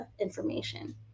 information